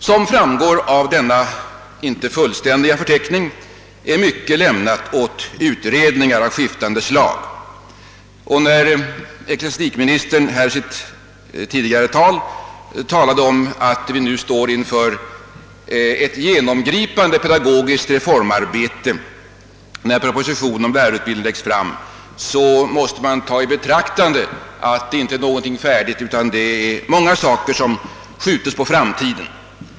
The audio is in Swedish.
Som framgår av denna inte fullständiga förteckning är mycket fortfarande lämnat åt utredningar av skiftande slag. Ecklesiastikministern talade här om att vi står inför ett genomgripande pedagogiskt reformarbete när propositionen om lärarutbildningen läggs fram. Man måste då ta i betraktande att ingenting är fullt färdigt, utan att många frågor skjuts på framtiden.